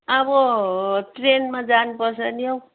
अब हो ट्रेनमा जानुपर्छ नि हौ